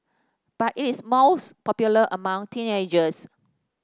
but it is most popular among teenagers